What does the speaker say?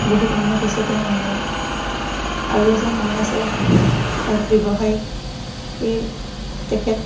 বহুত উন্নত হৈছে তেওঁ মানুহ আৰু এজন মানুহ আছে ইয়াত ব্যৱসায় তেখেত